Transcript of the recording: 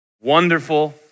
wonderful